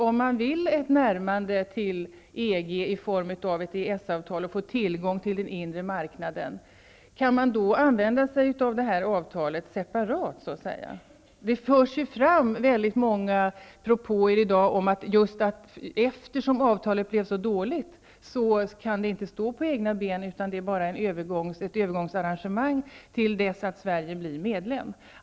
Om man vill ha ett närmande till EG i form av ett EES-avtal och vill få tillgång till den inre marknaden, kan man då använda sig av detta avtal separat, så att säga? Det görs ju i dag många uttalanden om att eftersom avtalet blev så dåligt kan det inte stå på egna ben, utan det är bara ett övergångsarrangemang till dess att Sverige blir medlem.